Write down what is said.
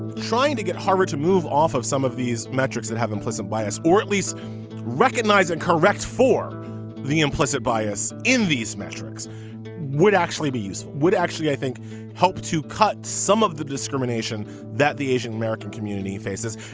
trying to get harvard to move off of some of these metrics that have implicit bias or at least recognize and correct for the implicit bias in these metrics would actually be use would actually i think help to cut some of the discrimination that the asian-american community faces.